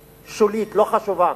שולית, לא חשובה.